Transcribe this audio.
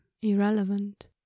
irrelevant